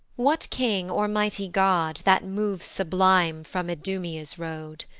what king or mighty god, that moves sublime from idumea's road?